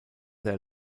their